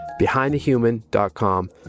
BehindTheHuman.com